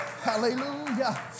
Hallelujah